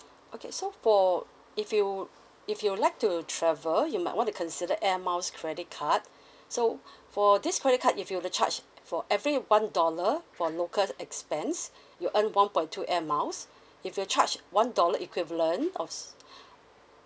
okay so for if you if you would like to travel you might want to consider air miles credit card so for this credit card if you were to charge for every one dollar for local expense you'll earn one point two air miles if you charge one dollar equivalent of